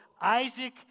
Isaac